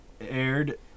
aired